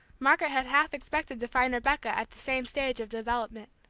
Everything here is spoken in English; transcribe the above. margaret had half expected to find rebecca at the same stage of development.